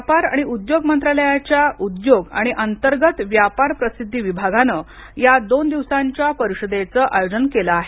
व्यापार आणि उद्योग मंत्रालयाच्या उद्योग आणि अंतर्गत व्यापार प्रसिद्धी विभागानं या दोन दिवसांच्या परीषदेचं आयोजन केलं आहे